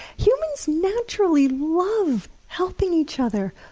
humans naturally love helping each other.